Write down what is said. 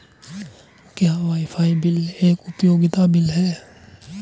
क्या wifi bill एक उपयोगिता बिल है?